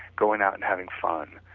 going out and having fun,